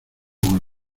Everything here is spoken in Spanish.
con